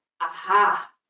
aha